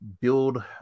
build